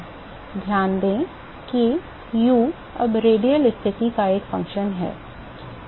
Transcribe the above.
ध्यान दें कि u अब रेडियल स्थिति का एक फंक्शन है